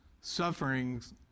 sufferings